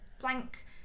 blank